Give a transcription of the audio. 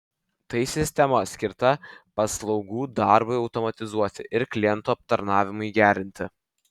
tai sistema skirta paslaugų darbui automatizuoti ir klientų aptarnavimui gerinti